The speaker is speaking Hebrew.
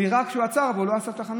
הוא הראה שהוא עצר, אבל הוא לא עשה תחנות.